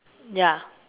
ya